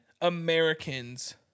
Americans